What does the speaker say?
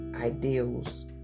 ideals